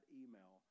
email